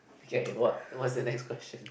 okay what what's the next question